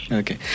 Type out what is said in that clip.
okay